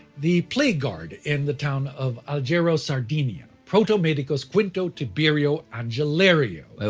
the plague guard in the town of alghero, sardinia. protomedicus quinto tiberio angelerio,